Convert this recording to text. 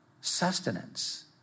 sustenance